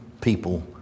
people